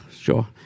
sure